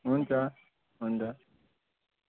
हुन्छ हुन्छ